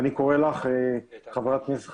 אני קורא לך חברת הכנסת חיימוביץ'